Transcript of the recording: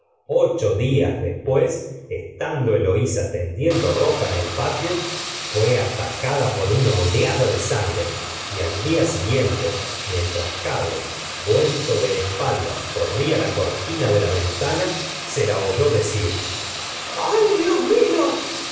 ocho días después estando eloisa tendiendo ropa en el patio fué atacada por una oleada de sangre y al dia siguiente mientras carlos vuelto de espaldas corría la cortina de la ventana se la oyó decir ah dios mío